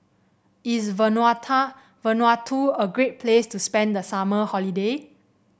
is Vanuatu a great place to spend the summer holiday